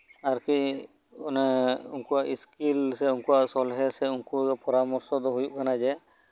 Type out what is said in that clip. ᱟᱨᱠᱤ ᱚᱱᱮ ᱩᱱᱠᱩᱣᱟᱜ ᱥᱠᱤᱞ ᱥᱮ ᱩᱱᱠᱩᱣᱟᱜ ᱥᱚᱞᱦᱮ ᱯᱚᱨᱟᱢᱚᱨᱥᱚ ᱫᱚ ᱦᱳᱭᱳᱜ ᱠᱟᱱᱟ ᱡᱮ